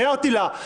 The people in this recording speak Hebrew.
הערתי לה,